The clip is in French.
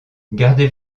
gardez